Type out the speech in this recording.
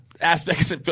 aspects